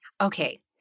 Okay